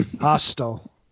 hostel